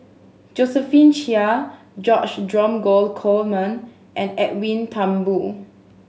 Josephine Chia George Dromgold Coleman and Edwin Thumboo